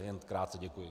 Jen krátce, děkuji.